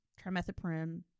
trimethoprim